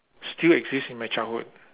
still exist in my childhood